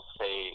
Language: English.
say